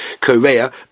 Korea